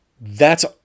thats